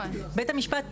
בית המשפט פונה,